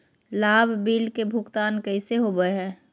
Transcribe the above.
लाभ बिल के भुगतान कैसे होबो हैं?